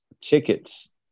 tickets